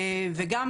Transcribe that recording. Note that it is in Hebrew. בנוסף,